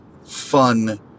fun